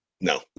no